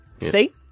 see